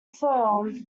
form